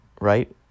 right